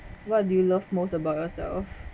what do you love most about yourself